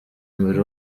mbere